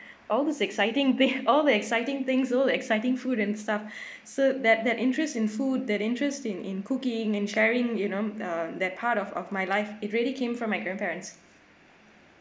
all this exciting thing all the exciting things all the exciting food and stuff so that that interest in food that interested in in cooking and sharing you know uh that part of of my life it really came from my grandparents